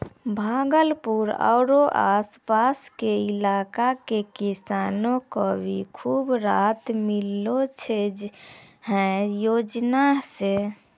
भागलपुर आरो आस पास के इलाका के किसान कॅ भी खूब राहत मिललो छै है योजना सॅ